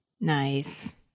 Nice